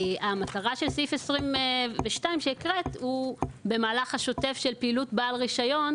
המטרה של סעיף 22 שהקראת היא שבמהלך השוטף של פעילות של בעל רישיון,